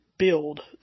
Build